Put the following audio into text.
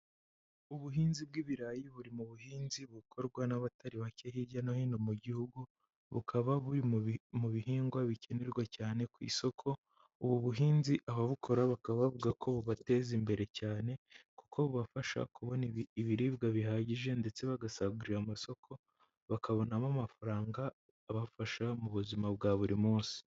Ubuhinzi bw'ibirayi buri mu buhinzi bukorwa n'abatari bake hirya no hino mu gihugu, bukaba buri mu bihingwa bikenerwa cyane ku isoko, ubu buhinzi ababukora bakaba bavuga ko bubateza imbere cyane, kuko bubafasha kubona ibiribwa bihagije, ndetse bagasagurira amasoko, bakabonamo amafaranga abafasha mu buzima bwa buri munsi.